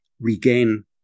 regain